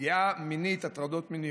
פגיעה מינית, הטרדות מיניות.